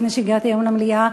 לפני שהגעתי היום למליאה,